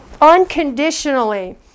unconditionally